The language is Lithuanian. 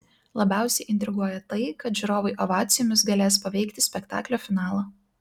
labiausiai intriguoja tai kad žiūrovai ovacijomis galės paveikti spektaklio finalą